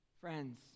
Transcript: Friends